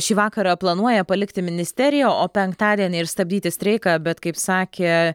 šį vakarą planuoja palikti ministeriją o penktadienį ir stabdyti streiką bet kaip sakė